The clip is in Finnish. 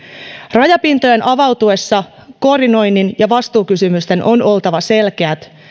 rajapintojen avautuessa koordinoinnin ja vastuukysymysten on oltava selkeät